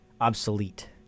obsolete